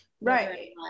right